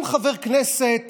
גם חבר כנסת